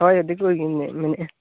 ᱦᱳᱭ ᱫᱤᱠᱩ ᱜᱮᱧ ᱢᱮᱱ ᱢᱮᱱᱮᱫᱼᱟ